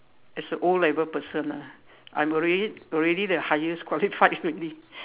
as a O-level person ah I'm already already the highest qualified already